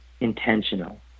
intentional